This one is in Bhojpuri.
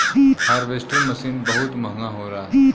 हारवेस्टर मसीन बहुत महंगा होला